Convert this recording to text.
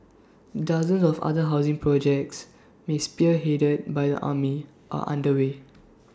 dozens of other housing projects may spearheaded by the army are underway